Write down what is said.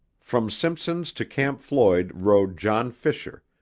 from simpson's to camp floyd rode john fisher,